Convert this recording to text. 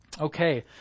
okay